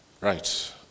Right